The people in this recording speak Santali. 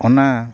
ᱚᱱᱟ